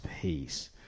peace